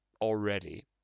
already